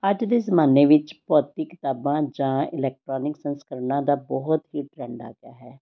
ਅੱਜ ਦੇ ਜਮਾਨੇ ਵਿੱਚ ਭੌਤਿਕ ਕਿਤਾਬਾਂ ਜਾਂ ਇਲੈਕਟਰੋਨਿਕ ਸੰਸਕਰਣਾਂ ਦਾ ਬਹੁਤ ਹੀ ਟਰੈਂਡ ਆ ਗਿਆ ਹੈ